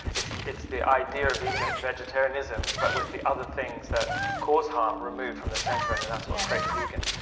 it's it's the idea of ah vegetarianism but with the other things that cause harm removed from the center. and then that's what creates vegan.